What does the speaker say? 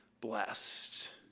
blessed